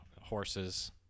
Horses